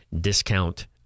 discount